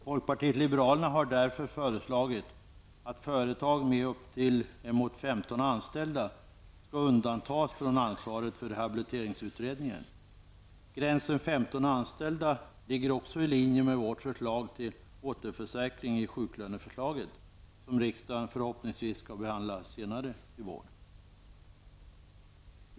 Folkpartiet liberalerna har därför föreslagit att företag med uppemot 15 anställda skall undantas från ansvaret för rehabiliteringsutredningen. Gränsen 15 anställda ligger också linje med vårt förslag till återförsäkring i sjuklöneförslaget, som riksdagen förhoppningsvis skall behandla senare i vår.